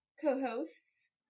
co-hosts